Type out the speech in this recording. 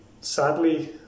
Sadly